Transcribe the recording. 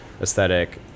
aesthetic